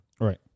Right